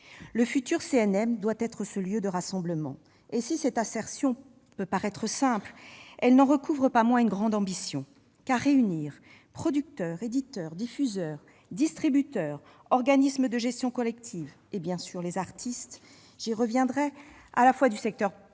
Le futur CNM doit être ce lieu de rassemblement. Si cette assertion paraît simple, elle n'en recouvre pas moins une grande ambition, car réunir producteurs, éditeurs, diffuseurs, distributeurs, organismes de gestion collective et, bien entendu, artistes du privé ou du public, oeuvrant